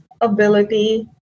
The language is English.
ability